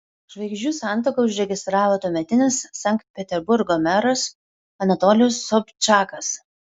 žvaigždžių santuoką užregistravo tuometinis sankt peterburgo meras anatolijus sobčakas